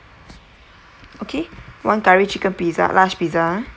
okay one curry chicken pizza large pizza ah